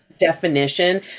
Definition